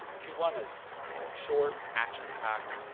q one is short, action-packed.